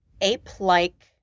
ape-like